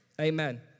Amen